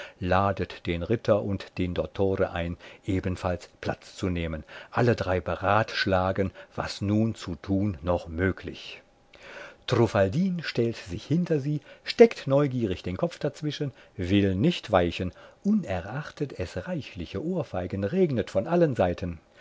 ladet den ritter und den dottore ein ebenfalls platz zu nehmen alle drei beratschlagen was nun zu tun noch möglich truffaldin stellt sich hinter sie steckt neugierig den kopf dazwischen will nicht weichen unerachtet es reichliche ohrfeigen regnet von allen seiten